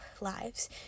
lives